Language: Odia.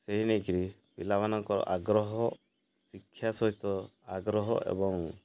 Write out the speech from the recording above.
ସେ ନେଇକିରି ପିଲାମାନଙ୍କର ଆଗ୍ରହ ଶିକ୍ଷା ସହିତ ଆଗ୍ରହ ଏବଂ